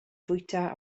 fwyta